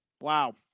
Wow